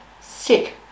sick